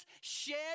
shed